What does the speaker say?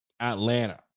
Atlanta